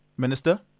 Minister